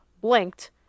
blinked